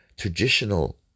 traditional